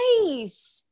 nice